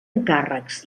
encàrrecs